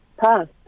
past